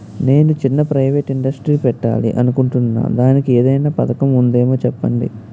నేను చిన్న private industry పెట్టాలి అనుకుంటున్నా దానికి ఏదైనా పథకం ఉందేమో చెప్పండి?